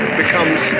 becomes